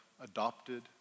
adopted